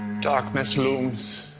darkness looms.